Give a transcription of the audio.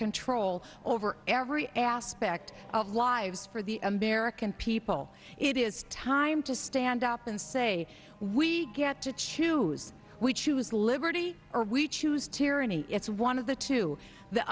control over every aspect of lives for the american people it is time to stand up and say we get to choose we choose liberty or we choose tyranny it's one of the two the